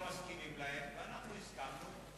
לא מסכימים להם ואנחנו הסכמנו,